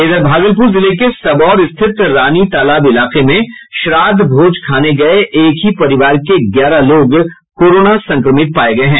इधर भागलपुर जिले के सबौर स्थित रानी तालाब इलाके में श्राद्ध भोज खाने गये एक ही परिवार के ग्यारह लोग कोरोना संक्रमित पाये गये हैं